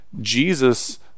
Jesus